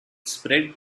spread